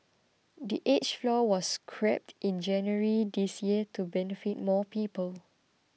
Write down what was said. the age floor was scrapped in January this year to benefit more people